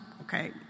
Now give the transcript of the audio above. okay